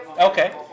Okay